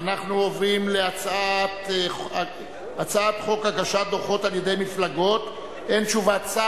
אני קובע שהצעת חוק התגמולים לנפגעי פעולות איבה (תיקון,